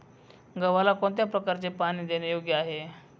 गव्हाला कोणत्या प्रकारे पाणी देणे योग्य आहे?